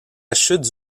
chute